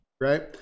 right